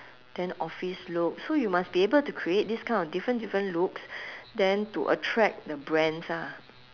then office look so you must be able to create this kind of different different looks then to attract the brands ah